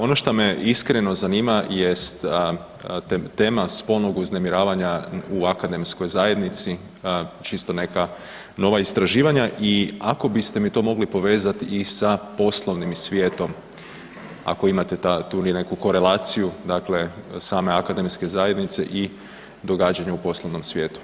Ono šta me iskreno zanima jest tema spolnog uznemiravanja u akademskoj zajednici, čisto neka nova istraživanja i ako biste mi to mogli povezat i sa poslovnim svijetom ako imate tu neku korelaciju dakle same akademske zajednice i događanja u poslovnom svijetu.